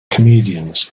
comedians